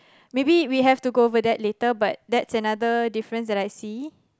maybe we have to go over that later but that's another difference that I see